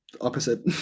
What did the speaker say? opposite